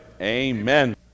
Amen